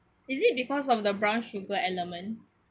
is it because of the brown sugar element